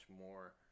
more